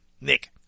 Nick